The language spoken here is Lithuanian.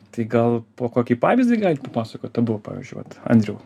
tai gal po kokį pavyzdį galit papasakot abu pavyzdžiui vat andriau